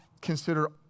consider